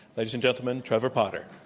ladies and gentlemen, trevor potter.